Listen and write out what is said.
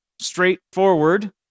straightforward